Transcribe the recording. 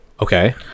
okay